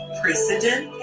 precedent